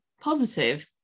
positive